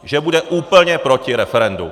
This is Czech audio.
Že bude úplně proti referendu.